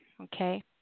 okay